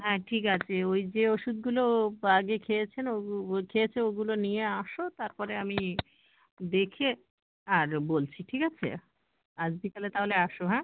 হ্যাঁ ঠিক আছে ওই যে ওষুধগুলো আগে খেয়েছেন ও খেয়েছো ওগুলো নিয়ে আসো তারপরে আমি দেখে আর বলছি ঠিক আছে আজ বিকালে তাহলে আসো হ্যাঁ